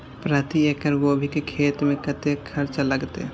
प्रति एकड़ गोभी के खेत में कतेक खर्चा लगते?